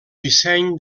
disseny